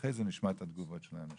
ואחרי כן נשמע את התגובות של האנשים.